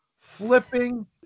flipping